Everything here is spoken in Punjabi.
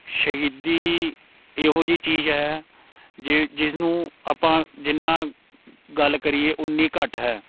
ਸ਼ਹੀਦੀ ਇਹੋ ਜਿਹੀ ਚੀਜ਼ ਹੈ ਜਿ ਜਿਸ ਨੂੰ ਆਪਾਂ ਜਿੰਨਾਂ ਗੱਲ ਕਰੀਏ ਉਨੀਂ ਘੱਟ ਹੈ